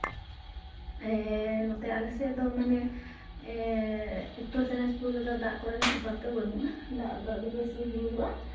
ᱱᱚᱛᱮ ᱟᱞᱮ ᱥᱮᱡ ᱫᱚ ᱢᱟᱱᱮ ᱩᱛᱛᱚᱨ ᱫᱤᱱᱟᱡᱽᱯᱩᱨ ᱨᱮᱫᱚ ᱫᱟᱜ ᱨᱮᱱᱟᱜ ᱚᱵᱷᱟᱵ ᱠᱚᱫᱚ ᱵᱟᱹᱱᱩᱜᱼᱟ ᱫᱟᱜ ᱫᱚ ᱟᱹᱰᱤ ᱵᱮᱥ ᱜᱮ ᱦᱩᱭᱩᱜᱚᱜᱼᱟ